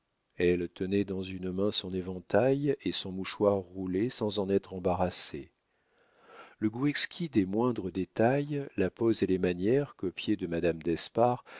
elle tenait dans une main son éventail et son mouchoir roulé sans en être embarrassée le goût exquis des moindres détails la pose et les manières copiées de madame d'espard